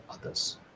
others